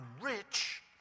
rich